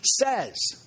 says